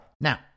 Now